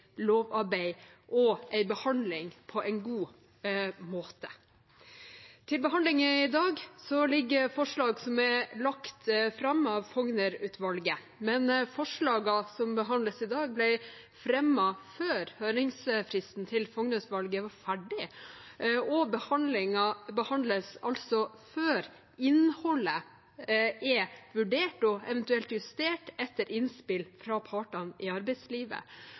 lovarbeid og en god behandlingsmåte. Til behandlingen i dag ligger forslag som er lagt fram av Fougner-utvalget, men forslagene som behandles, ble fremmet før høringsfristen til Fougner-utvalget var gått ut, og behandlingen skjer altså før innholdet er vurdert og eventuelt justert etter innspill fra partene i arbeidslivet.